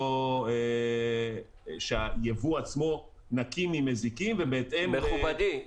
לא שהיבוא עצמו נקי ממזיקים --- מכובדי,